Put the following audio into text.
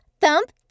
thump